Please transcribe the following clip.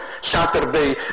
Saturday